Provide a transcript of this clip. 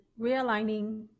realigning